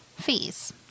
fees